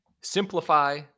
Simplify